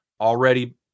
already